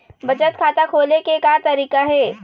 बचत खाता खोले के का तरीका हे?